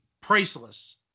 Priceless